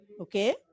okay